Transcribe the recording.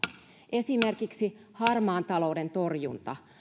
esimerkiksi harmaan talouden torjunnassa